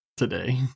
today